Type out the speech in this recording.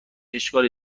اشکالی